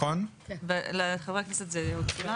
לחברי הכנסת זה פה.